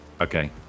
okay